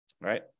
right